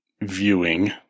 Viewing